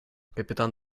капитан